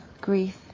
grief